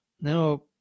no